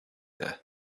there